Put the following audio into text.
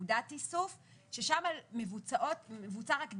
נקודת איסוף, ששם מבוצע רק דיגום,